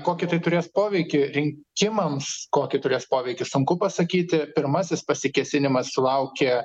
kokį tai turės poveikį rinkimams kokį turės poveikį sunku pasakyti pirmasis pasikėsinimas sulaukė